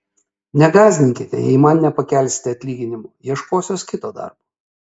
negąsdinkite jei man nepakelsite atlyginimo ieškosiuosi kito darbo